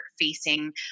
facing